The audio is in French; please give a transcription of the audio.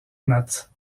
matz